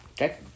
Okay